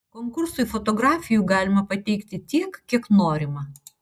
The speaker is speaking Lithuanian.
konkursui fotografijų galima pateikti tiek kiek norima